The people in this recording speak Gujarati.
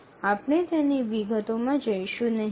આપણે તેની વિગતોમાં જઈશું નહીં